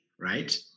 right